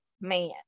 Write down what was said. man